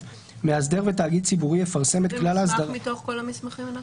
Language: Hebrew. זה מתוך החוק.